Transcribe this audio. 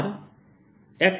r r